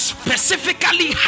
specifically